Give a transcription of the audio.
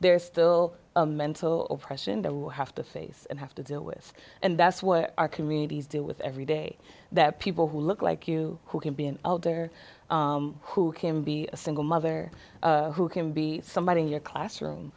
there's still a mental pressure in the have to face and have to deal with and that's what our communities deal with every day that people who look like you who can be an elder who can be a single mother who can be somebody in your